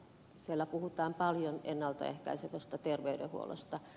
siellä puhutaan paljon ennalta ehkäisevästä terveydenhuollosta